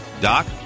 Doc